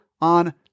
on